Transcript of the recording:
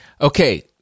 Okay